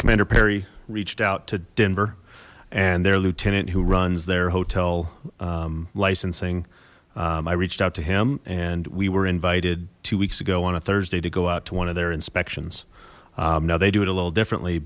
commander perry reached out to denver and their lieutenant who runs their hotel licensing i reached out to him and we were invited two weeks ago on a thursday to go out to one of their inspections now they do it a little differently